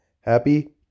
Happy